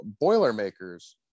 Boilermakers